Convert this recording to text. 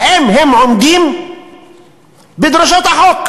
האם הם עומדים בדרישות החוק,